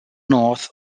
north